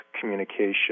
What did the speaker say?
communication